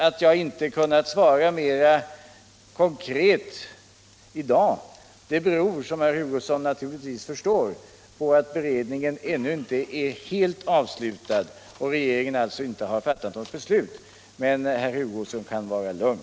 Att jag inte kunnat svara mer konkret i dag beror, som herr Hugosson naturligtvis förstår, på att beredningen ännu inte är helt avslutad och regeringen alltså inte har fattat något beslut. Men herr Hugosson kan vara lugn.